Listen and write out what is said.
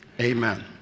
Amen